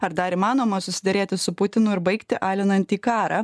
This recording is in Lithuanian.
ar dar įmanoma susiderėti su putinu ir baigti alinantį karą